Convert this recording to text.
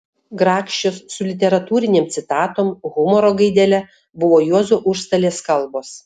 grakščios su literatūrinėm citatom humoro gaidele buvo juozo užstalės kalbos